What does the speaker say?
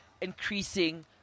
increasing